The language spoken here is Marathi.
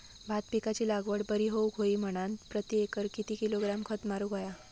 भात पिकाची लागवड बरी होऊक होई म्हणान प्रति एकर किती किलोग्रॅम खत मारुक होया?